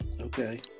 okay